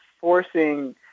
forcing